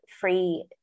free